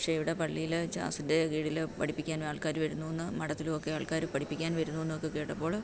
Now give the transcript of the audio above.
പക്ഷേ ഇവിടെ പള്ളീൽ ജാസിൻ്റെ കീഴിൽ പഠിപ്പിക്കാൻ ആൾക്കാർ വരുന്നൂന്ന് മഠത്തിലും ഒക്കെ ആൾക്കാർ പഠിപ്പിക്കാൻ വരുന്നൂന്നൊക്കെ കേട്ടപ്പോൾ